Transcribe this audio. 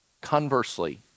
conversely